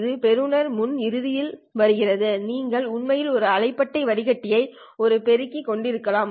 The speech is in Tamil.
இது பெறுநர் முன் இறுதியில் வருகிறது நீங்கள் உண்மையில் ஒரு அலைபட்டை வடிகட்டியை ஒரு பெருக்கி கொண்டிருக்கலாம்